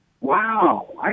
Wow